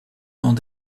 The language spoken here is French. dans